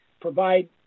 provide